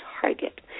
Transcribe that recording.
target